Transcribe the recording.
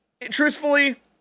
Truthfully